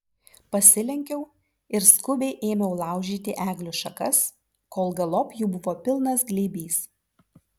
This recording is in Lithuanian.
pasilenkiau ir skubiai ėmiau laužyti eglių šakas kol galop jų buvo pilnas glėbys